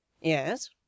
Yes